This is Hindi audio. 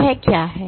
यह क्या है